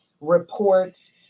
reports